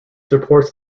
supports